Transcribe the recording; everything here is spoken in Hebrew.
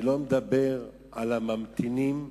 אני לא מדבר על הממתינים,